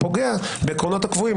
הפוגע בעקרונות הקבועים,